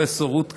פרופ' רות קנאי,